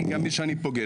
הוא יצא.